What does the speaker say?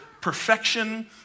perfection